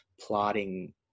plotting